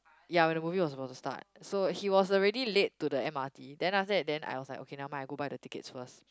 ya when the movie was about to start so he was already late to the M_R_T then after that then I was like okay never mind I go buy the tickets first